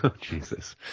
Jesus